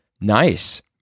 nice